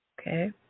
okay